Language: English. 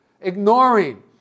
ignoring